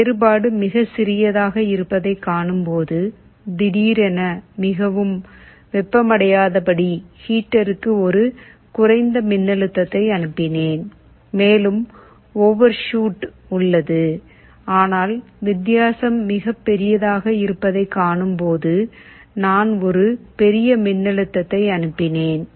வேறுபாடு மிகச் சிறியதாக இருப்பதை காணும் போது திடீரென மிகவும் வெப்பமடையாதபடி ஹீட்டருக்கு ஒரு குறைந்த மின்னழுத்தத்தை அனுப்பினேன் மேலும் ஓவர்ஷூட் உள்ளது ஆனால் வித்தியாசம் மிகப் பெரியதாக இருப்பதை காணும் போது நான் ஒரு பெரிய மின்னழுத்தத்தை அனுப்பினேன்